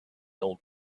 old